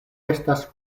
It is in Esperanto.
estas